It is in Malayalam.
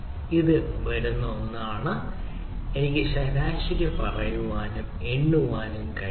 ഇത് വരുന്ന ഒന്നാണ് എനിക്ക് ശരാശരി പറയാനും എണ്ണാനും കഴിയും